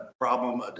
problem